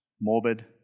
morbid